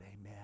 amen